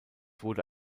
wurde